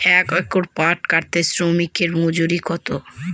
এক একর পাট কাটতে শ্রমিকের মজুরি কত?